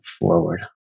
forward